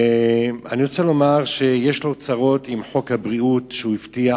אני רוצה לומר שיש לו צרות עם חוק הבריאות שהוא הבטיח